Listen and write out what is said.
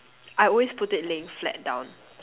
I would always put it laying flat down